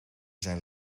zijn